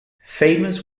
famous